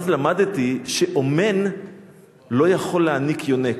ואז למדתי שאומן לא יכול להיניק יונק.